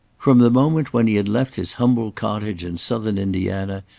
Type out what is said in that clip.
from the moment when he had left his humble cottage in southern indiana,